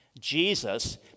Jesus